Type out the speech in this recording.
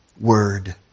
word